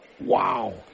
Wow